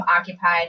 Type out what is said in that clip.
occupied